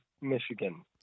Michigan